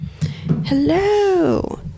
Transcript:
Hello